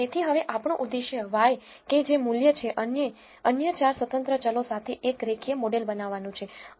તેથી હવે આપણું ઉદ્દેશ y કે જે મૂલ્ય છે અને અન્ય 4 સ્વતંત્ર ચલો સાથે એક રેખીય મોડેલ બનાવવાનું છે અને